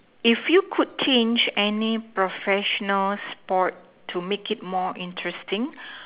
if you could change any professional sport to make it more interesting